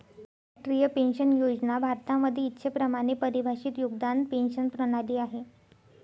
राष्ट्रीय पेन्शन योजना भारतामध्ये इच्छेप्रमाणे परिभाषित योगदान पेंशन प्रणाली आहे